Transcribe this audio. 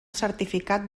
certificat